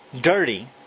dirty